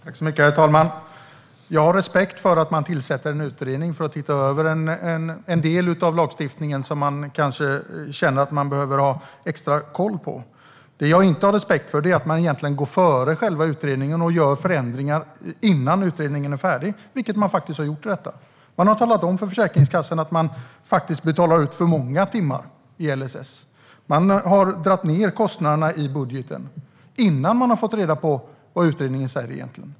Herr talman! Jag har respekt för att man tillsätter en utredning för att se över en del av lagstiftningen som man kanske känner att man behöver ha extra koll på. Det jag inte har respekt för är att man egentligen går före själva utredningen och gör förändringar innan utredningen är färdig, vilket man faktiskt har gjort i detta fall. Man har talat om för Försäkringskassan att den betalar ut för många timmar i LSS. Man har dragit ned kostnaderna i budgeten innan man har fått reda på vad utredningen egentligen säger.